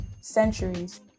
centuries